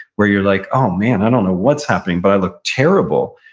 where you're like, oh man i don't know what's happening, but i look terrible.